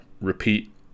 repeat